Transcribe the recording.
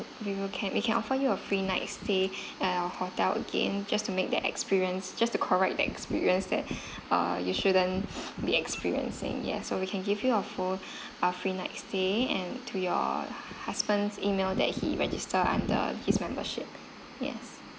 we will can we can offer you a free night stay at our hotel again just to make the experience just to correct that experience that uh you shouldn't be experiencing ya so we can give you a full uh free night stay and to your husband's email that he registered under his membership yes